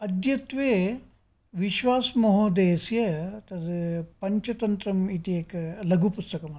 अद्यत्वे विश्वास् महोदयस्य तद् पञ्चतन्त्रम् इति एकम् लघुपुस्तकमस्ति